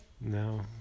No